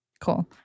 Cool